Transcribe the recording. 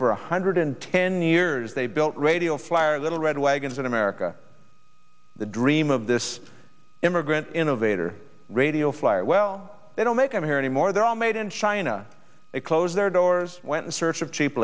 one hundred ten years they built radio flyer little red wagons in america the dream of this immigrant innovator radio flyer well they don't make em here anymore they're all made in china to close their doors went in search of cheap